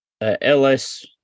LS